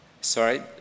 Sorry